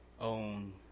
own